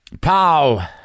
Pow